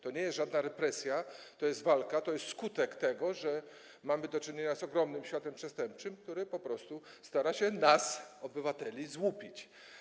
To nie jest żadna represja, to jest walka, to jest skutek tego, że mamy do czynienia z ogromnym światem przestępczym, który po prostu stara się nas, obywateli, złupić.